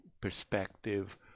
perspective